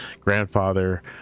grandfather